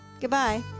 Goodbye